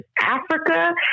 Africa